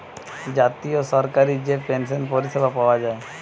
জাতীয় সরকারি যে পেনসন পরিষেবা পায়া যায়